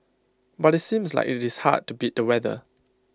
but IT seems like IT is hard to beat the weather